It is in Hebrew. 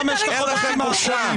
אין לכם בושה.